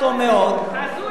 הרי יש לכם מערכת מקוונת,